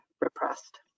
repressed